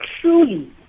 truly